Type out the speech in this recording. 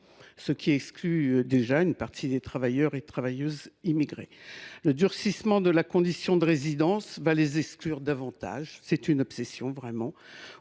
ce qui exclut déjà une partie des travailleuses et travailleurs immigrés. Le durcissement de la condition de résidence conduira à les exclure davantage – je le répète, c’est une obsession, vraiment